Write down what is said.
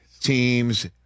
teams